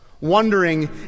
wondering